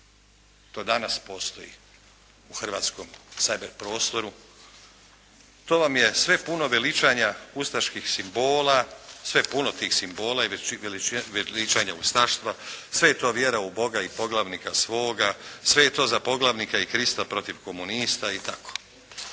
To danas postoji u hrvatskom cyber prostoru. To vam je sve puno veličanja ustaških simbola, sve puno tih simbola i veličanja ustaštva. Sve je to vjera u Boga i poglavnika svoga. Sve je to za poglavnika i Krista protiv komunista i tako.